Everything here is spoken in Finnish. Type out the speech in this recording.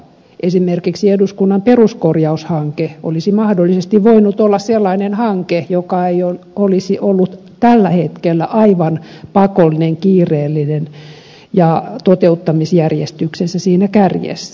esimerkiksi eduskunnan peruskorjaushanke olisi mahdollisesti voinut olla sellainen hanke joka ei olisi ollut tällä hetkellä aivan pakollinen kiireellinen ja toteuttamisjärjestyksessä siinä kärjessä